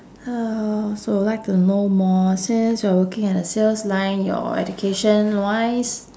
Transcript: uh so like to know more since you're working at a sales line your education wise